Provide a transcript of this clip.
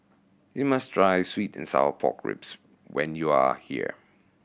you must try sweet and sour pork ribs when you are here